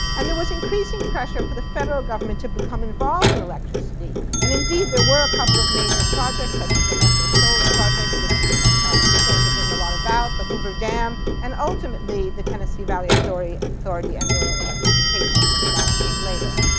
and there was increasing pressure for the federal government to become involved in electricity. and indeed, there were a couple of major projects such as the muscle shoals project, which historians have written a lot about, the hoover dam, and ultimately the tennessee valley authority authority and rural electrification, although that came later.